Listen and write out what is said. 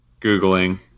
Googling